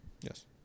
Yes